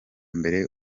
mbere